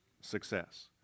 success